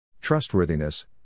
Trustworthiness